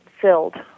filled